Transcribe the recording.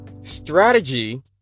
Strategy